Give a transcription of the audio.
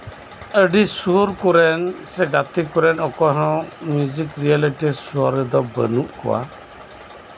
ᱟᱹᱰᱤ ᱥᱩᱨ ᱠᱚᱨᱮᱱ ᱥᱮ ᱜᱟᱛᱮ ᱠᱚᱨᱮᱱ ᱚᱠᱚᱭ ᱦᱚᱸ ᱢᱤᱣᱡᱤᱠ ᱨᱤᱭᱮᱞᱤᱴᱤ ᱥᱳ ᱨᱮᱫᱚ ᱵᱟᱱᱩᱜ ᱠᱚᱣᱟ